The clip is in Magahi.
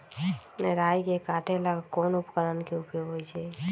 राई के काटे ला कोंन उपकरण के उपयोग होइ छई?